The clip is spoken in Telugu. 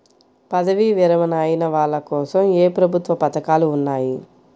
పదవీ విరమణ అయిన వాళ్లకోసం ఏ ప్రభుత్వ పథకాలు ఉన్నాయి?